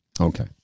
Okay